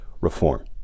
reform